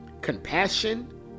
compassion